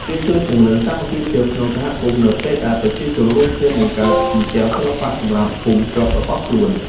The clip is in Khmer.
វាជួយពង្រឹងសាមគ្គីភាពក្នុងសហគមន៍ នៅពេលដែលប្រជាជនរួមគ្នាបង្កើតជញ្ជាំងសិល្បៈសម្រាប់ភូមិស្រុករបស់ខ្លួន។